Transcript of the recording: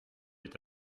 est